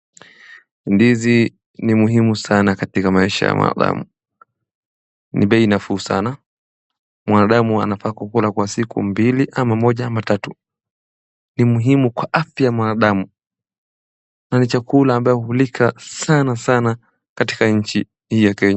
Ndizi ni muhimu sana katika maisha mwa mwanadamu ni bei nafuu sana mwandamu anafaa kukula kwa siku mbili ama moja ama tatu. Ni muhimu kwa afya ya mwandamu na ni chakula ambayo hulika sana sana katika nchi hii ya kenya.